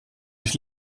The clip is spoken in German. sich